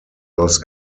los